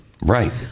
Right